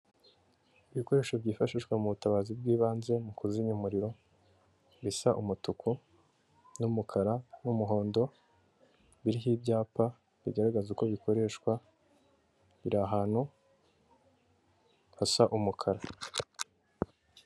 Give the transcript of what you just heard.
Ibikoresho byifashishwa mu butabazi bw'ibanze mu kuzimya umuriro bisa umutuku n'umukara n'umuhondo biriho ibyapa bigaragaza uko bikoreshwa biri ahantu hasa umukara.